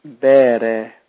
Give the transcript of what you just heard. Bere